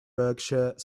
berkshire